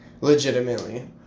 Legitimately